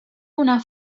una